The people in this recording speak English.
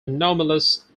anomalous